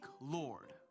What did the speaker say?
Lord